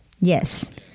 Yes